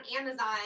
Amazon